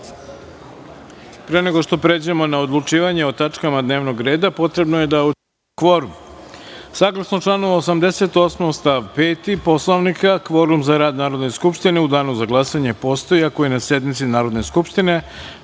pre nego što pređemo na odlučivanje o tačkama dnevnog reda, potrebno je da utvrdimo